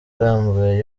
arambuye